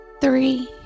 three